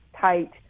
tight